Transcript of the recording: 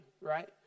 right